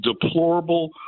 deplorable